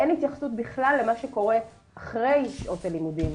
אין התייחסות בכלל למה שקורה אחרי שעות הלימודים.